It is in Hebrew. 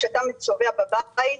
כשאתה צובע בבית,